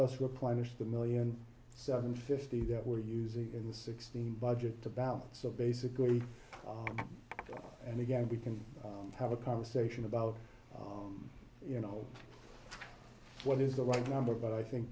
us replenish the million seven fifty that we're using in sixteen budget to balance so basically and again we can have a conversation about you know what is the right number but i think